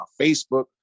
Facebook